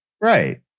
Right